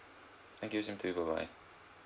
thank you thank you bye bye